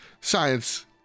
science